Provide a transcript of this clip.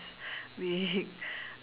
we